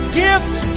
gifts